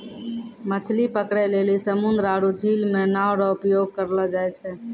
मछली पकड़ै लेली समुन्द्र आरु झील मे नांव रो उपयोग करलो जाय छै